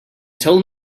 told